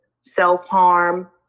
self-harm